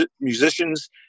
musicians